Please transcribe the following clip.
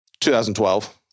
2012